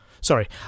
Sorry